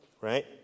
right